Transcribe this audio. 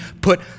put